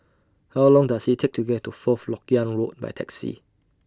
How Long Does IT Take to get to Fourth Lok Yang Road By Taxi